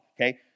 okay